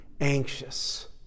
anxious